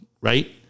right